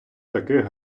таких